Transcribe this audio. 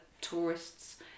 tourists